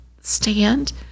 stand